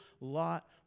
lot